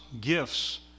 gifts